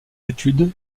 études